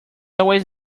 always